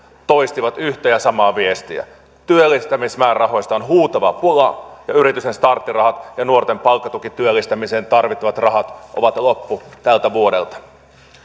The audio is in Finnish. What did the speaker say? toistivat yhtä ja samaa viestiä työllistämismäärärahoista on huutava pula ja yritysten starttirahat ja nuorten palkkatukityöllistämiseen tarvittavat rahat ovat loppu tältä vuodelta